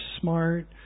smart